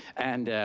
and